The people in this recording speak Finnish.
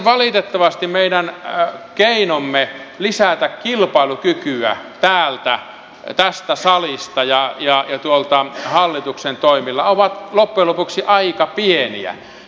valitettavasti meidän keinomme lisätä kilpailukykyä täältä tästä salista ja tuolta hallituksesta sen toimilla ovat loppujen lopuksi aika pieniä